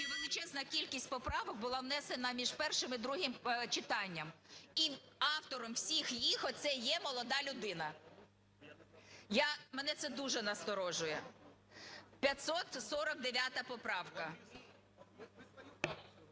величезна кількість поправок була внесена між першим і другим читанням. І автором всіх їх оце є молода людина. Мене це дуже насторожує. 549 поправка.